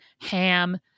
ham